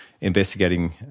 investigating